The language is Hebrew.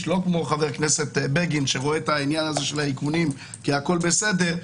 שלא כמו חבר הכנסת בגין שרואה את העניין הזה של האיכונים שהכול בסדר,